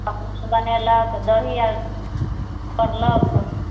अपने से बनेलक दही आर पौड़लक